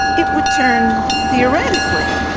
it would turn, theoretically.